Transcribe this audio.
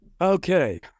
Okay